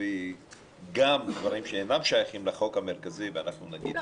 להביא גם דברים שאינם שייכים לחוק המרכזי ואנחנו נגיד לא.